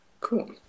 cool